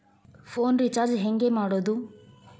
Phone recharge ಹೆಂಗೆ ಮಾಡೋದು?